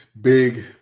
big